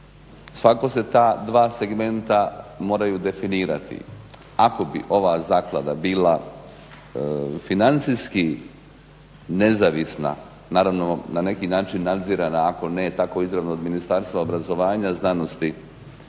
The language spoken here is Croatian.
Svakako se ta dva segmenta moraju definirati. Ako bi ova zaklada bila financijski nezavisna, naravno na neki način nadzirana ako ne tako izravno od Ministarstva obrazovanja, znanosti